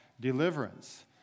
deliverance